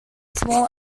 small